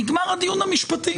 נגמר הדיון המשפטי.